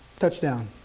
Touchdown